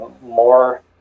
more